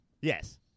Yes